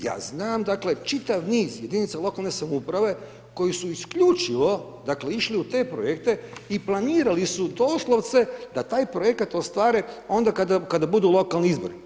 Ja znam dakle čitav niz jedinica lokalne samouprave koji su isključivo dakle išli u te projekte i planirali su doslovce da taj projekat ostvare onda kada budu lokalni izbori.